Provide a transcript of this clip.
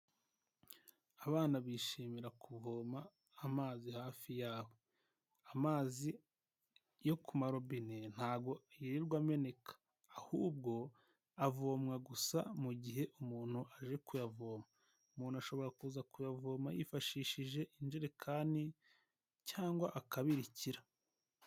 Abana bishimira kuvoma amazi hafi yabo, amazi yo ku marobine ntago yirirwa ameneka ahubwo avomwa gusa mu gihe umuntu aje kuyavoma, umuntu ashobora kuza kuyavoma yifashishije injerekani cyangwa akabirikira.